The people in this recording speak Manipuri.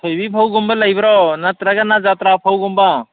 ꯊꯣꯏꯕꯤ ꯐꯧꯒꯨꯝꯕ ꯂꯩꯕ꯭ꯔꯣ ꯅꯠꯇ꯭ꯔꯒꯅ ꯖꯥꯇ꯭ꯔꯥ ꯐꯧꯒꯨꯝꯕ